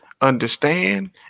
understand